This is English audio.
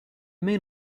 main